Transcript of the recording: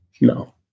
no